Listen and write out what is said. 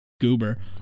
goober